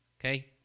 Okay